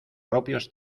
propios